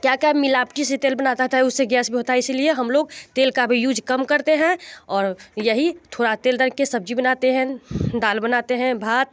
क्या क्या मिलावटी से तेल बनाता था उससे गैस भी होता है इसीलिए हम लोग तेल का भी यूज़ कम करते हैं और थोड़ा तेल डाल के सब्जी बनाते है दाल बनाते हैं भात